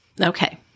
Okay